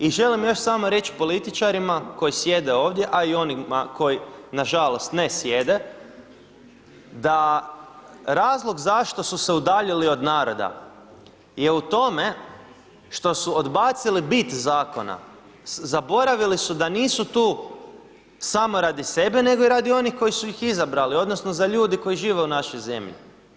I želim još samo reći političarima, koji sjede ovdje, a i onima koji na žalost ne sjede, da razlog zašto su se udaljili od naroda je u tome što su odbaciti bit zakona, zaboravili su da nisu tu samo radi sebe, nego i radi onih koji su ih izabrali, odnosno za ljude koji žive u našoj zemlji.